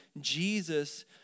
Jesus